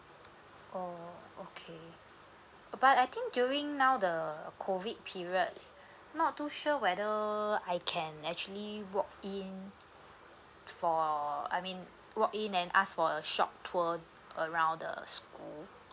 oh okay but I think during now the COVID period not too sure whether I can actually walk in for I mean walk in and ask for a short tour around the school